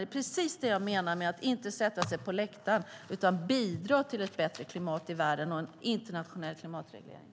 Det är precis detta jag menar med att inte sätta sig på läktaren utan bidra till ett bättre klimat i världen och en internationell klimatreglering.